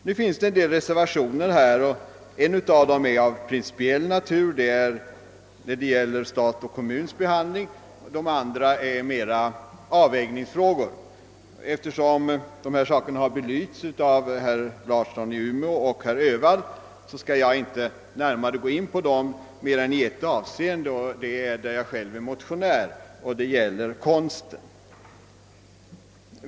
En av de reservationer som fogats till betänkandet är av principiell natur; det gäller reservationen om statens och kommunernas behandling — de övriga reservationerna gäller mer avvägningsfrågor. Eftersom de olika frågorna belysts av herr Larsson i Umeå och herr Öhvall, skall jag inte närmare gå in på dem annat än när det gäller frågan om konstverk, i vilken jag själv är motionär.